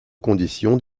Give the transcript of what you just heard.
conditions